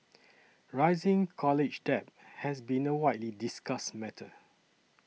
rising college debt has been a widely discussed matter